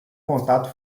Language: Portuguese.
contato